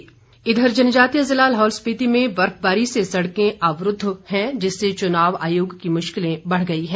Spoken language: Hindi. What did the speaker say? लाहौल स्पिति चनाव इधर जनजातीय जिला लाहौल स्पिति में बर्फबारी से सड़कें अवरुद्ध हैं जिससे चुनाव आयोग की मुश्किलें बढ़ गई हैं